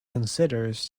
considers